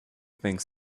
things